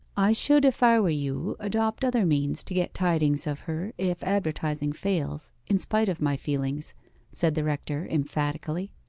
i should, if i were you, adopt other means to get tidings of her if advertising fails, in spite of my feelings said the rector emphatically.